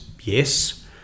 yes